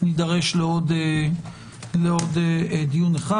נידרש לעוד דיון אחד